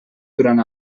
durant